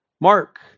Mark